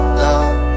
love